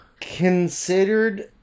considered